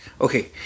okay